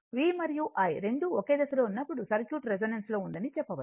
V మరియు I రెండూ ఒకే దశలో ఉన్నప్పుడు సర్క్యూట్ రెసోనెన్స్ లో ఉందని చెప్పవచ్చు